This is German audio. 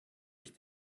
ich